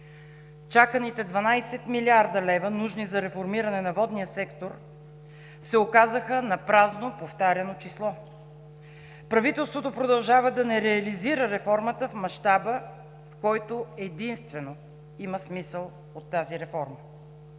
Чаканите 12 млрд. лв., нужни за реформиране на водния сектор, се оказаха напразно повтаряно число. Правителството продължава да не реализира реформата в мащаба, в който единствено има смисъл от тази реформа.